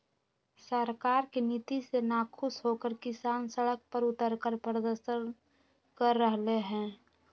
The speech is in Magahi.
सरकार के नीति से नाखुश होकर किसान सड़क पर उतरकर प्रदर्शन कर रहले है